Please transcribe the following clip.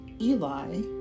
Eli